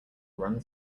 run